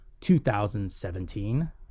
2017